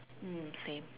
mm same